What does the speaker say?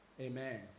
Amen